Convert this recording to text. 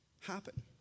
happen